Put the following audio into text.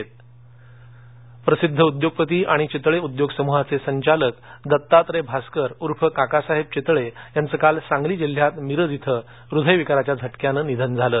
काकासाहेब चितळे निधन प्रसिद्ध उद्योगपती आणि चितळे उद्योग समूहाचे संचालक दत्तात्र्य भास्कर उर्फ काकासाहेब चितळे यांचं काल सांगली जिल्ह्यातल्या मिरज इथं हृदयविकाराच्या झटक्यानं निधन झालं